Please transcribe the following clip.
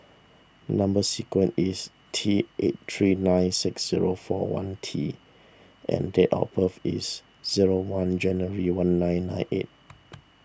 Number Sequence is T eight three nine six zero four one T and date of birth is zero one January one nine nine eight